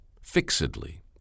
fixedly